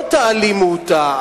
לא תעלימו אותה.